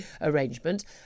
arrangement